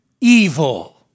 evil